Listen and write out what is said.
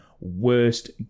worst